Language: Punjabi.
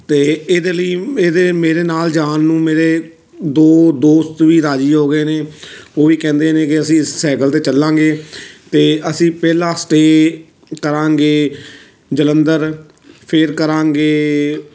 ਅਤੇ ਇਹਦੇ ਲਈ ਇਹਦੇ ਮੇਰੇ ਨਾਲ ਜਾਣ ਨੂੰ ਮੇਰੇ ਦੋ ਦੋਸਤ ਵੀ ਰਾਜ਼ੀ ਹੋ ਗਏ ਨੇ ਉਹ ਵੀ ਕਹਿੰਦੇ ਨੇ ਕਿ ਅਸੀਂ ਸਾਈਕਲ 'ਤੇ ਚੱਲਾਂਗੇ ਅਤੇ ਅਸੀਂ ਪਹਿਲਾ ਸਟੇਅ ਕਰਾਂਗੇ ਜਲੰਧਰ ਫਿਰ ਕਰਾਂਗੇ